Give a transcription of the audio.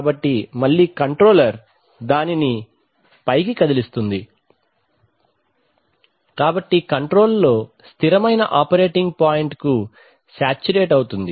కాబట్టి మళ్ళీ కంట్రోలర్ దానిని పైకి కదిలిస్తుంది కాబట్టి కంట్రోల్ లో స్థిరమైన ఆపరేటింగ్ పాయింట్కు శాచ్యురేట్ అవుతుంది